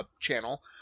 channel